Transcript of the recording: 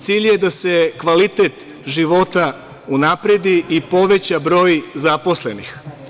Cilj je da se kvalitet života unapredi i poveća broj zaposlenih.